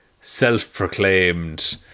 self-proclaimed